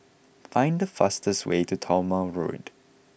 find the fastest way to Talma Road